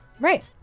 Right